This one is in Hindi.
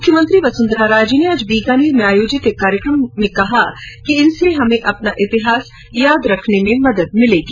मुख्यमंत्री वसुंधरा राजे ने आज बीकानेर मे आयोजित एक कार्यक्रम में कहा कि इनसे हमें अपना इतिहास याद रखने में मदद मिलेगी